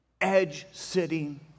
edge-sitting